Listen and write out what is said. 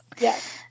yes